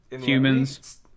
Humans